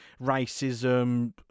racism